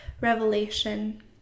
Revelation